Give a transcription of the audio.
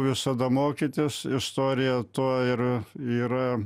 visada mokytis istorija to ir yra